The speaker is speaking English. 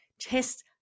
Test